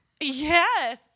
yes